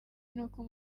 nuko